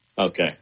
Okay